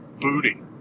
Booty